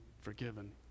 forgiven